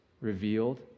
revealed